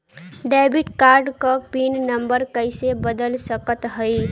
Debit card क PIN number कइसे बदल सकत हई?